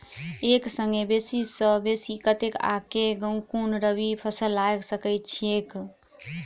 एक संगे बेसी सऽ बेसी कतेक आ केँ कुन रबी फसल लगा सकै छियैक?